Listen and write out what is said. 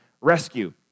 rescue